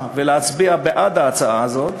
ולהצביע בעד ההצעה הזאת,